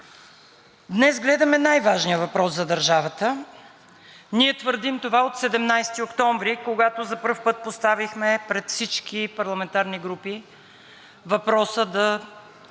Днес гледаме най-важния въпрос за държавата. Ние твърдим това от 17 октомври, когато за пръв път пред всички парламентарни групи поставихме